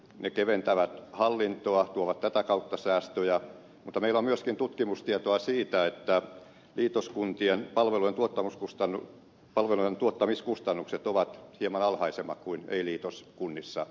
ne keventävät hallintoa tuovat tätä kautta säästöjä mutta meillä on myöskin tutkimustietoa siitä että liitoskuntien palvelujen tuottamiskustannukset ovat hieman alhaisemmat kuin ei liitoskunnissa